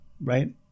right